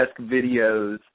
videos